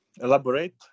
Elaborate